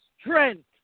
strength